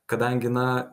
kadangi na